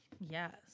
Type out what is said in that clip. Yes